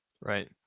Right